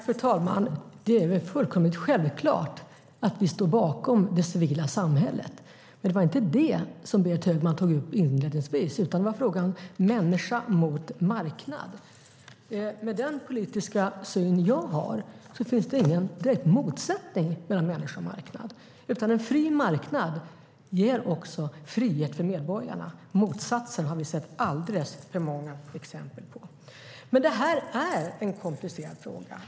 Fru talman! Det är väl fullkomligt självklart att vi står bakom det civila samhället. Det var dock inte det Berit Högman tog upp inledningsvis, utan det var frågan om människa mot marknad. Med den politiska syn jag har finns det ingen direkt motsättning mellan människa och marknad, utan en fri marknad ger frihet för medborgarna. Motsatsen har vi sett alldeles för många exempel på. Detta är en komplicerad fråga.